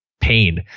pain